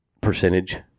percentage